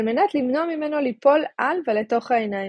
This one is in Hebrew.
על-מנת למנוע ממנו ליפול על ולתוך העיניים,